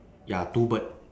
ya two bird